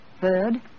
Third